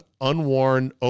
unworn